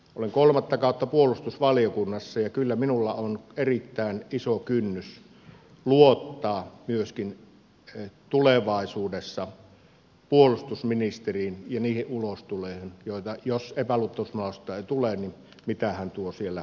olen kolmatta kautta puolustusvaliokunnassa ja kyllä minulla on erittäin iso kynnys luottaa myöskin tulevaisuudessa puolustusministeriin ja niihin ulostuloihin jos epäluottamuslausetta ei tule mitä hän tuo siellä esille